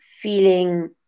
feeling